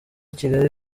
kigali